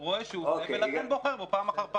רואה שהוא עושה, ולכן הוא בוחר בו פעם אחר פעם.